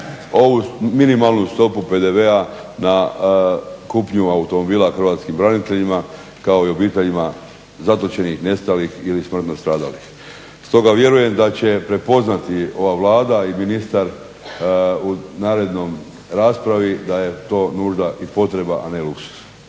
ovu minimalnu stopu PDV-a na kupnju automobila hrvatskim braniteljima kao i obiteljima zatočenih, nestalih ili smrtno stradalih. Stoga vjerujem da će prepoznati ova Vlada i ministar u narednom raspravi da je to nužna i potreba a ne luksuz.